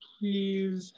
please